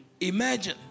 Imagine